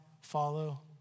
follow